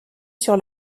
sur